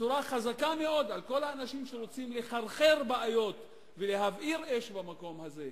בצורה חזקה מאוד בכל האנשים שרוצים לחרחר בעיות ולהבעיר אש במקום הזה,